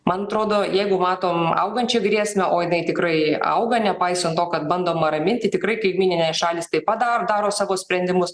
man atrodo jeigu matom augančią grėsmę o jinai tikrai auga nepaisant to kad bandoma raminti tikrai kaimyninės šalys taip pat dar daro savo sprendimus